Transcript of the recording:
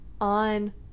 on